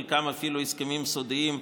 חלקם אפילו הסכמים סודיים,